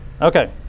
okay